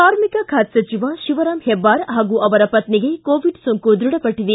ಕಾರ್ಮಿಕ ಖಾತೆ ಸಚಿವ ಶಿವರಾಮ್ ಹೆಬ್ಲಾರ್ ಹಾಗೂ ಅವರ ಪತ್ನಿಗೆ ಕೋವಿಡ್ ಸೋಂಕು ದೃಢಪಟ್ಟಿದೆ